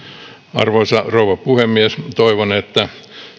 arvoisa rouva puhemies toivon että